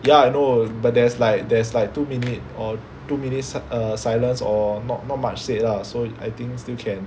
ya I know but there's like there's like two minute or two minutes err silence or not not much said lah so I think still can